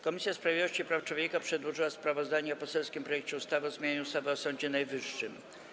Komisja Sprawiedliwości i Praw Człowieka przedłożyła sprawozdanie o poselskim projekcie ustawy o zmianie ustawy o Sądzie Najwyższym.